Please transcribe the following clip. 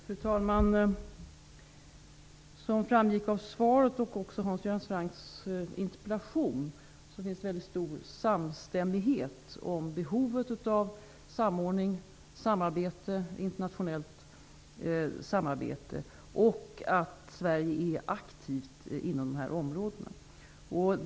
Fru talman! Som framgick av svaret och av Hans Göran Francks interpellation finns det en stor samstämmighet om behovet av samordning och internationellt samarbete och att vi i Sverige är aktiva på dessa områden.